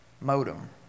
modem